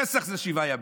פסח זה שבעה ימים,